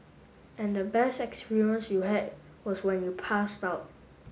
and the best experience you had was when you passed out